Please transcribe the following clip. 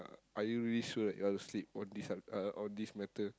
uh are you really sure that you want to sleep on this uh on this matter